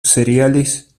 cereales